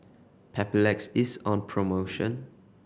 Papulex is on promotion